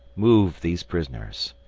move these prisoners.